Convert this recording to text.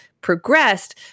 progressed